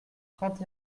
trente